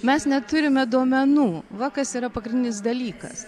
mes neturime duomenų va kas yra pagrindinis dalykas